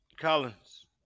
Collins